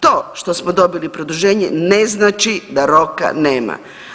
To što smo dobili produženje ne znači da roka nema.